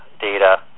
data